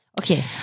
Okay